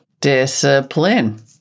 Discipline